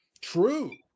True